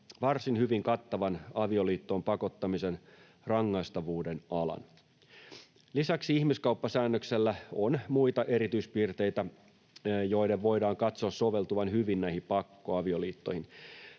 varsin hyvin kattavan avioliittoon pakottamisen rangaistavuuden alan. Lisäksi ihmiskauppasäännöksellä on muita erityispiirteitä, joiden voidaan katsoa soveltuvan hyvin näihin pakkoavioliittoihin.